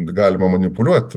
galima manipuliuoti